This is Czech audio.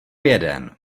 jeden